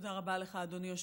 תודה רבה לך, אדוני היושב-ראש.